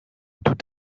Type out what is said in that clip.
tout